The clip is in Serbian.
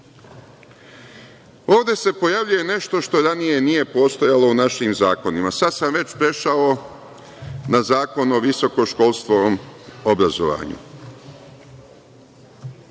se pojavljuje nešto što ranije nije postojalo u našim zakonima. Sada sam već prešao na Zakon o visokoškolskom obrazovanju.